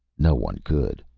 no one could,